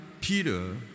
Peter